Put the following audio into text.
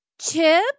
Chip